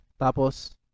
tapos